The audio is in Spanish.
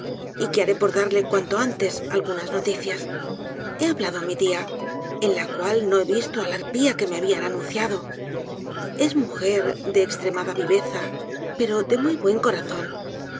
y que haré por darle cuanto antes algunas noticias he hablado á mi ia en la cual no he visto la harpía que me habían anunciado es mujer de estremada viveza pero de muy buen corazón